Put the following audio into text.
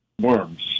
worms